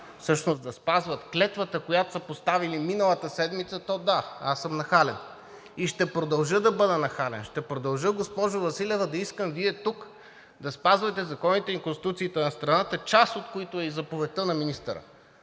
всъщност да спазват клетвата, която са поставили миналата седмица, то – да, аз съм нахален и ще продължа да бъда нахален. Ще продължа, госпожо Василева, да искам Вие тук да спазвате законите и Конституцията на страната, част от които е и заповедта на министъра.